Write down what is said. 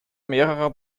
mehrerer